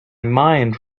mind